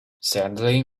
sadly